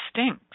stinks